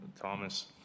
Thomas